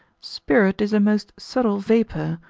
spirit is a most subtle vapour,